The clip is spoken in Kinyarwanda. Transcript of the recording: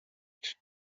cha